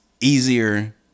easier